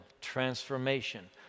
transformation